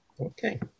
Okay